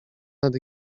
nad